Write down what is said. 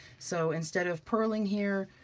so instead of purling here,